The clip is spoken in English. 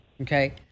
okay